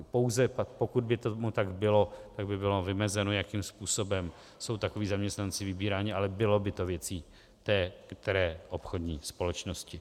Pouze pokud by tomu tak bylo, tak by bylo vymezeno, jakým způsobem jsou takoví zaměstnanci vybíráni, ale bylo by to věcí té které obchodní společnosti.